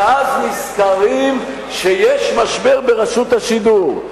ואז נזכרים שיש משבר ברשות השידור,